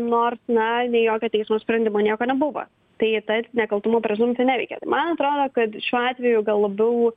nors na nei jokio teismo sprendimo nieko nebuvo tai tas nekaltumo prezumpcija neveikia man atrodo kad šiuo atveju gal labiau